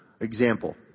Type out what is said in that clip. Example